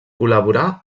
col·laborà